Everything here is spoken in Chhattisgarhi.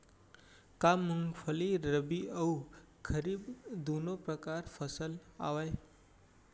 का मूंगफली रबि अऊ खरीफ दूनो परकार फसल आवय?